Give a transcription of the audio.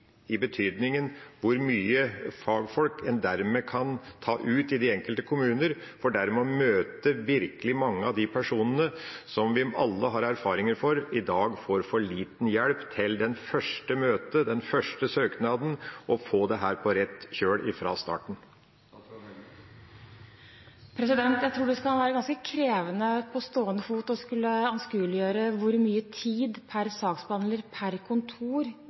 i betydningen hvor mange fagfolk en kan ta ut i de enkelte kommuner, for dermed å møte virkelig mange av de personene som vi alle har erfaring med at i dag får for liten hjelp til det første møtet, den første søknaden, og få dette på rett kjøl fra starten av? Jeg tror det vil være ganske krevende på stående fot å skulle anskueliggjøre hvor mye tid per saksbehandler per kontor